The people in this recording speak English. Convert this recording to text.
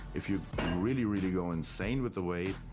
if you really, really go insane with the weight,